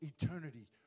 eternity